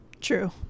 True